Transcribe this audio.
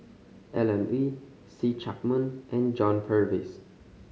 Alan Oei See Chak Mun and John Purvis